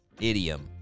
idiom